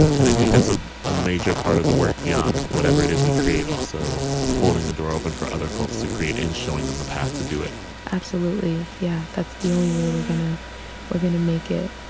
and i think that's ah a major part of the work beyond whatever it is we create. also holding the door open for other folks to create and showing them a path to do it absolutely. yeah. that's the only way we're going to we're going to make it.